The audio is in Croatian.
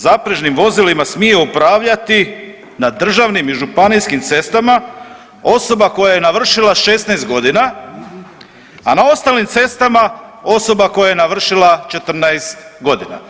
Zaprežnim vozilima smije upravljati na državnim i županijskim cestama osoba koja je navršila 16 godina, a na ostalim cestama osoba koja je navršila 14 godina.